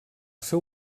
seu